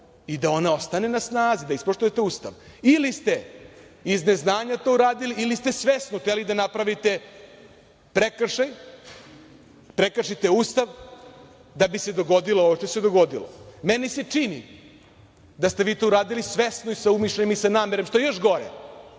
i da ona ostane na snazi, da ispoštujete Ustav. Ili ste iz neznanja to uradili ili ste svesno hteli da napravite prekršaj, prekršite Ustav da bi se dogodilo ovo što se dogodilo. Meni se čini da ste vi to uradili svesno i sa umišljajem i sa namerom, što je još gore,